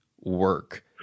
work